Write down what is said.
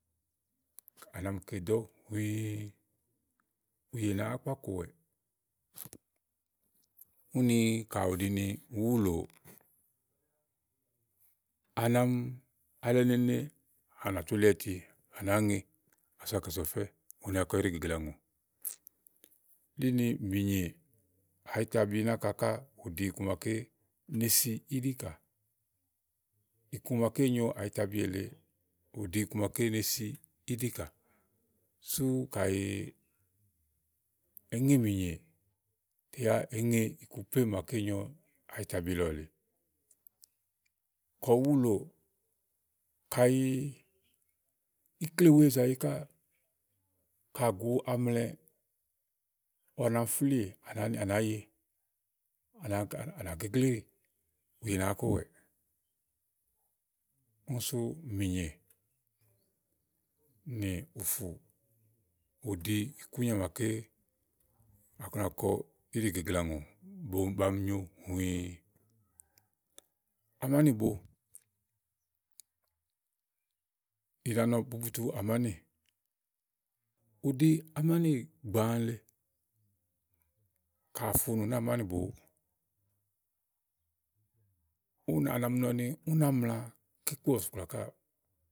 à nà mi kè èɖɔ hũũ, ùyè nàáá kpá kowɛ̀ɛ, úni ka ù ɖi ni ùú wùlòò, à nà mi ka alɛ nèene, à nàtú li áyiti, à nàá ŋe ása kɛ̀so ɔfɛ́. u na kɔ íɖìgeglea ùŋò. ɖí ni mìnyè àyítabi náka káà. ù ɖi iku màaké ne si íɖìkà. Iku màaké nyo àyìtabi èle, ù ɖi iku màaké ne si íɖì kà sú kayi èé ŋe mìnyè yá èé iku plémú màaké nyo áyítabi lɔ, lèe kɔ wulɔ, kayi, ikle wèe zàyi káà ka, à gu amlɛ à nà mi flíì à nàá ye, à nà ga ̀a nà gegle ùyè nàáá kowɛ̀ɛ, úni sú mìnyè, nì ùfù ù ɖí ikúnyà màaké na kɔ na kɔwɛ̀ɛ íɖìgeglea ùŋò bu ba mi nyo hũĩĩ. Amánìbo, ì ɖa nɔ bubutu àmánì, ù ɖi amánì gbàa le, ka ò funù náàmánìbo, ú ná à nà mi nɔ ni ú ná mla bɔ̀sìkplà káà.